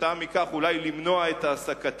וכתוצאה מכך אולי יש למנוע את העסקתם.